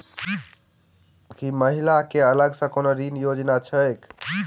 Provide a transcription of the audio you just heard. की महिला कऽ अलग सँ कोनो ऋण योजना छैक?